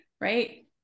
right